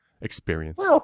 experience